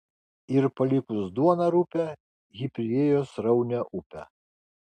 ir palikus duoną rupią ji priėjo sraunią upę